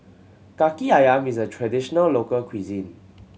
Kaki Ayam is a traditional local cuisine